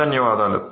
ధన్యవాదాలు